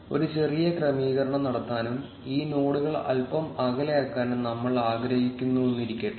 ഒരു ചെറിയ ക്രമീകരണം നടത്താനും ഈ നോഡുകൾ അൽപ്പം അകലെയാക്കാനും നമ്മൾ ആഗ്രഹിക്കുന്നുവെന്ന് ഇരിക്കട്ടെ